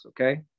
Okay